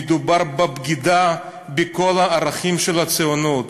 מדובר בבגידה בכל הערכים של הציונות,